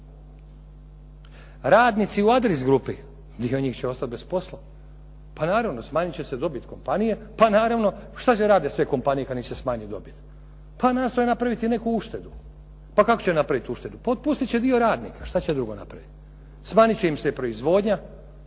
Radnici u Adris grupi, dio njih će ostati bez posla. Pa naravno smanjit će se dobit kompanije, pa naravno šta da rade sve kompanije kad im se smanji dobit. Pa nastoje napraviti neku uštedu. Pa kako će napraviti uštedu? Pa otpustit će dio radnika, šta će drugo napravit. Smanjit će im se proizvodnja,